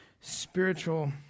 spiritual